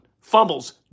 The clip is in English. Fumbles